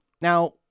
Now